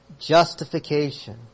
Justification